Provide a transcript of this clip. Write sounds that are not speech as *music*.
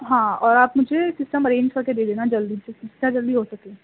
ہاں اور آپ مجھے سسٹم ارینج کر کے دے دینا جلدی سے *unintelligible* جلدی ہو سکے